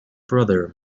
brother